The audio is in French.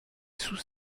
sous